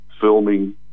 filming